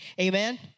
Amen